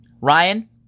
Ryan